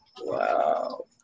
wow